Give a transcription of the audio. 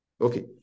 Okay